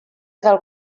del